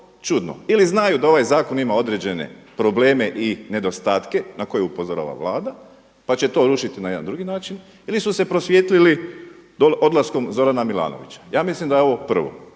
čudno. Ili znaju da ovaj zakon ima određene probleme i nedostatke na koje upozorava Vlada pa će to rušiti na jedan drugi način ili su se prosvijetlili odlaskom Zorana Milanovića. Ja mislim da je ovo prvo.